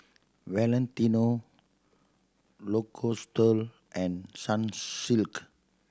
Valentino Lacoste and Sunsilk